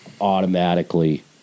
automatically